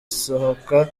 asohoka